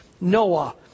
Noah